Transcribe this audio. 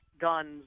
guns